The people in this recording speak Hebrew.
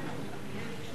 לספטמבר.